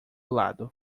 lado